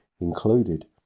included